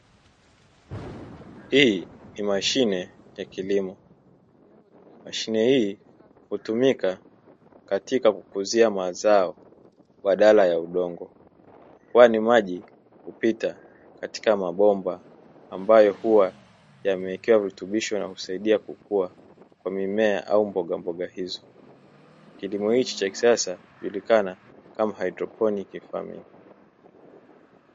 Hii ni mashine ya kilimo mashine hii hutumika katika kukuzia mazao badala ya udongo, kwani maji hupita katika mabomba ambayo huwa yamewekewa virutubisho na kusaidia kukua kwa mimea au mbogamboga hizo, kilimo hichi cha kisasa ilijulikana kama haidroponi.